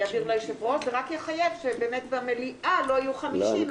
זה רק יחייב שבמליאה לא יהיו 50,